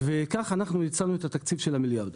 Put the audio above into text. וכך יצרנו את התקציב של המיליארד ₪.